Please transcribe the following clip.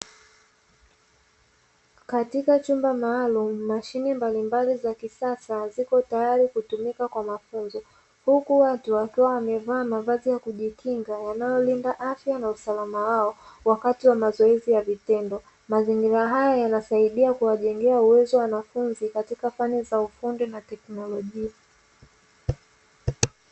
Katika chumba maalumu mashine mbalimbali za kisasa ziko tayari kutumika kwa mafunzo, huku watu wakiwa wamevaa mavazi ya kujikinga yanayolinda afya na usalama wao wakati wa mazoezi ya vitendo. Mazingira hayo yanasaidia kuwajengea uwezo wanafunzi katika fani za ufundi na teknolojia.